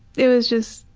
it was just.